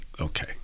okay